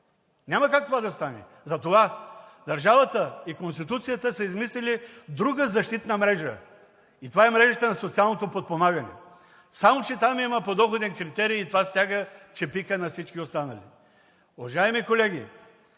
Няма как това да стане! Затова държавата и Конституцията са измислили друга защитна мрежа и това е мрежата на социалното подпомагане. Само че там има подоходен критерий и това „стяга чепика“ на всички останали. Уважаеми колеги,